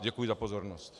Děkuji za pozornost.